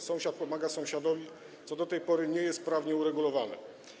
Sąsiad pomaga sąsiadowi, co do tej pory nie jest prawnie uregulowane.